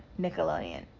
Nickelodeon